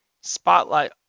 spotlight